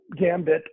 gambit